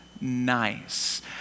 nice